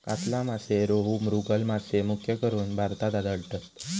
कातला मासे, रोहू, मृगल मासे मुख्यकरून भारतात आढळतत